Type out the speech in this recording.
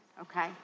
Okay